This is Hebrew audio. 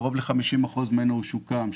קרוב ל-50% ממנו שוקם.